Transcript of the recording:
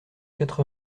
quatre